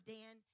Dan